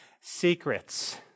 secrets